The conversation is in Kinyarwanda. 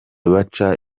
baca